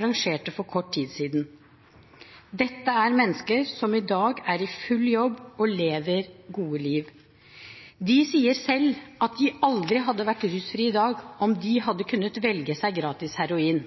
arrangerte for kort tid siden. Dette er mennesker som i dag er i full jobb og lever gode liv. De sier selv at de aldri hadde vært rusfri i dag om de hadde kunnet velge seg gratis heroin.